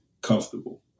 comfortable